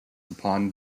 upon